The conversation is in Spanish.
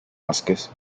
vásquez